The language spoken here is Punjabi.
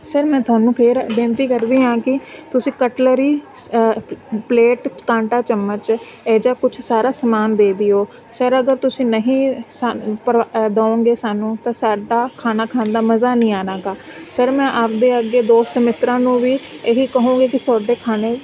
ਸਰ ਮੈਂ ਤੁਹਾਨੂੰ ਫਿਰ ਬੇਨਤੀ ਕਰਦੀ ਹਾਂ ਕਿ ਤੁਸੀਂ ਕਟਲਰੀ ਸ ਪ ਪਲੇਟ ਕਾਂਟਾ ਚਮਚ ਇਹ ਜਿਹਾ ਕੁਛ ਸਾਰਾ ਸਮਾਨ ਦੇ ਦਿਓ ਸਰ ਅਗਰ ਤੁਸੀਂ ਨਹੀਂ ਸਾਨੂੰ ਪਰਵਾ ਦਿਓਗੇ ਸਾਨੂੰ ਤਾਂ ਸਾਡਾ ਖਾਣਾ ਖਾਣ ਦਾ ਮਜ਼ਾ ਨਹੀਂ ਆਉਣਾ ਗਾ ਸਰ ਮੈਂ ਆਪਣੇ ਅੱਗੇ ਦੋਸਤ ਮਿੱਤਰਾਂ ਨੂੰ ਵੀ ਇਹ ਹੀ ਕਹੂੰਗੀ ਕਿ ਤੁਹਾਡੇ ਖਾਣੇ